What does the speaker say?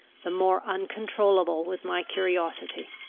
the more uncontrollable was my curiosity.